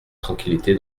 tranquillité